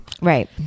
Right